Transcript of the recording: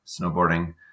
snowboarding